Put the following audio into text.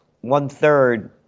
one-third